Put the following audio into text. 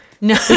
No